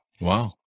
Wow